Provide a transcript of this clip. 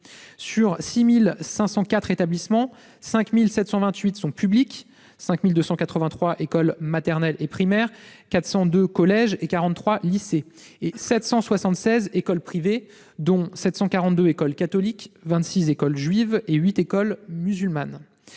ces 6 504 établissements, 5 728 sont publics- 5 283 écoles maternelles et primaires, 402 collèges et 43 lycées -et 776 sont des écoles privées, dont 742 écoles catholiques, 26 écoles juives et 8 écoles musulmanes.